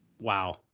Wow